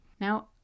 Now